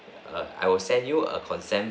err I will send you a consent